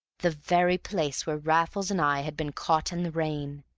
the very place where raffles and i had been caught in the rain!